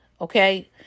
okay